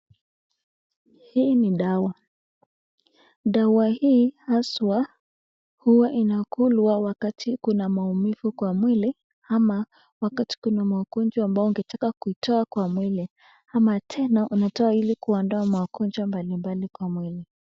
Hii ni dawa, dawa hii haswa huwa inakulwa wakati kuna maumivu kwa mwili, ama wakati kuna magonjwa ambayo ungetaka kutoa kwa mwili, ama tena unatoa ili kuondoa magonjwa mbalimbali kwa mwili.